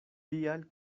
tial